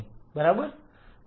બરાબર